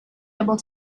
able